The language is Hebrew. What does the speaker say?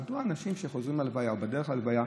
מדוע אנשים שחוזרים מהלוויה או בדרך להלוויה,